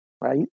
right